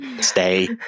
stay